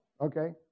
okay